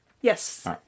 Yes